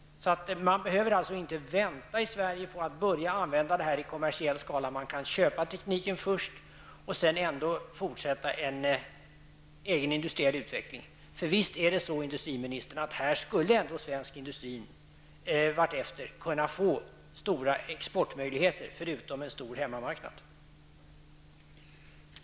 Sverige behöver inte vänta på att börja använda förgasning i kommersiell skala. Det går att köpa tekniken först och sedan fortsätta med en egen industriell utveckling. Visst är det så, industriministern, att svensk industri här efter hand skulle förutom en stor hemmamarknad kunna få stora exportmöjligheter?